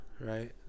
right